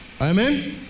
Amen